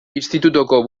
institutuko